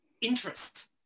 Interest